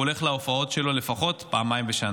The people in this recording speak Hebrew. הוא הולך להופעות שלו לפחות פעמיים בשנה.